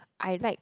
I like